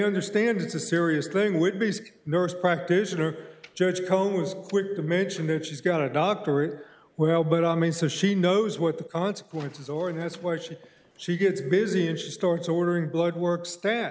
understands it's a serious thing whitney's nurse practitioner judge cohen was quick to mention that she's got a doctorate well but i mean so she knows what the consequences or and that's why she she gets busy and she starts ordering blood work sta